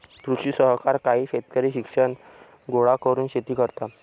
कृषी सहकार काही शेतकरी शिक्षण गोळा करून शेती करतात